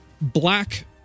black